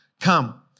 come